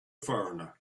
foreigner